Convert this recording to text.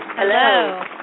Hello